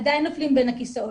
עדיין נופלים בין הכסאות,